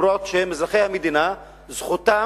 גם אם הם אזרחי המדינה זכותם,